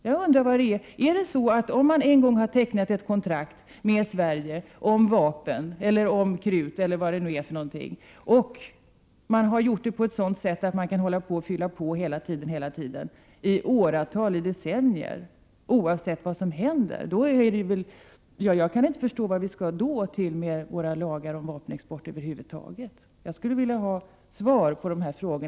Kan man en gång för alla teckna ett kontrakt med Sverige om vapen eller krut eller vad det vara må, på ett sådant sätt att man kan fylla på i åratal eller i decennier oavsett vad som händer? I så fall kan jag inte förstå vad vi skall med våra vapenexportlagar till över huvud taget. Jag skulle vilja ha svar på dessa frågor.